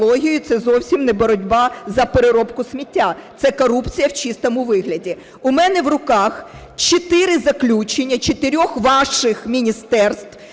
це зовсім не боротьба за переробку сміття. Це корупція в чистому вигляді. У мене в руках чотири заключення, чотирьох ваших міністерств: